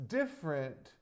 different